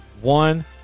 one